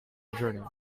internet